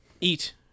eat